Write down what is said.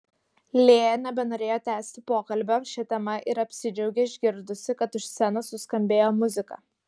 lėja nebenorėjo tęsti pokalbio šia tema ir apsidžiaugė išgirdusi kad už scenos suskambėjo muzika